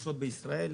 החופשות בישראל,